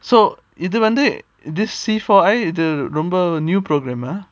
so இது வந்து:idhu vandhu this C four I இது ரொம்ப:idhu romba new program ah